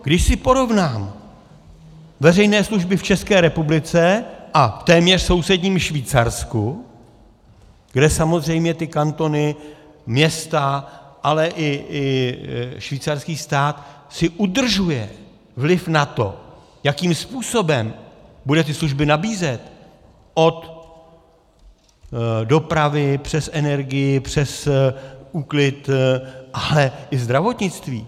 Když si porovnám veřejné služby v České republice a téměř sousedním Švýcarsku, kde samozřejmě ty kantony, města, ale i švýcarský stát si udržuje vliv na to, jakým způsobem bude ty služby nabízet, od dopravy přes energii, přes úklid, ale i zdravotnictví.